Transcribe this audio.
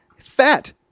fat